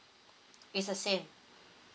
it's the same